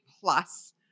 plus